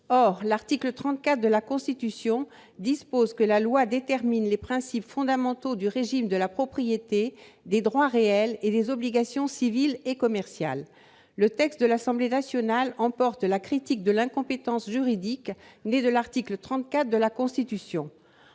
L'article 34 de la Constitution dispose que la loi détermine les principes fondamentaux du régime de la propriété, des droits réels et des obligations civiles et commerciales. Le texte issu des travaux de l'Assemblée nationale tombe sous le coup du grief d'incompétence né de l'article 34 de la Constitution.